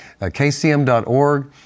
kcm.org